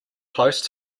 close